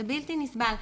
זה בלתי נסבל.